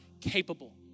capable